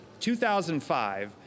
2005